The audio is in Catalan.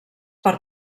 per